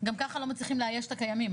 גם ככה לא מצליחים לאייש את הקיימים,